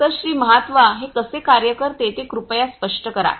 तर श्री महात्वा हे कसे कार्य करते हे कृपया स्पष्ट करा